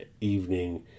evening